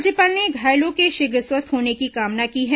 राज्यपाल ने घायलों के शीघ्र स्वस्थ होने की कामना की है